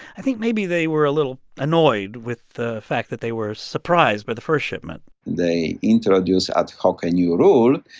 i think maybe they were a little annoyed with the fact that they were surprised by the first shipment they introduce ah a new rule.